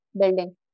building